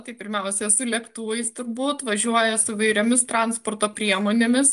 tai pirmiausia su lėktuvais turbūt važiuoja su įvairiomis transporto priemonėmis